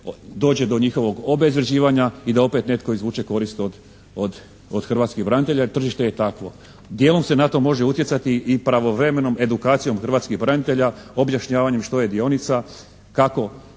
dođe do njihovog obezvrijeđivanja i da opet netko izvuče korist od hrvatskih branitelja jer tržište je takvo. Dijelom se na to može utjecati i pravovremenom edukacijom hrvatskih branitelja. Objašnjavanjem što je dionica? Kako